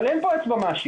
אבל אין פה אצבע מאשימה,